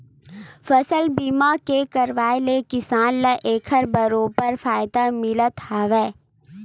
फसल बीमा के करवाय ले किसान ल एखर बरोबर फायदा मिलथ हावय